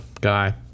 guy